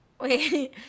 Wait